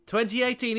2018